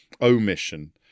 omission